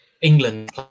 England